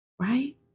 Right